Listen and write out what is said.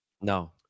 No